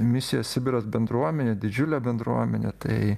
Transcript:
misija sibiras bendruomenė didžiulė bendruomenė tai